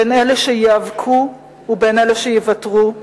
בין אלה שייאבקו ובין אלה שיוותרו,